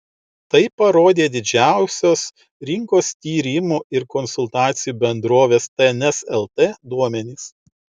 tai parodė didžiausios rinkos tyrimų ir konsultacijų bendrovės tns lt duomenys